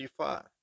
35